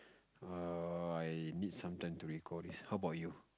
err I need some time to recall this how about you